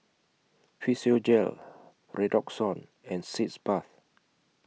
Physiogel Redoxon and Sitz Bath